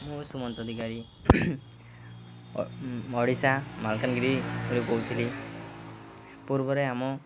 ମୁଁ ସୁମନ୍ତ ଅଧିକାରୀ ଓଡ଼ିଶା ମାଲକାନଗିରିରୁ କହୁଥିଲି ପୂର୍ବରେ ଆମ